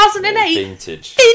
Vintage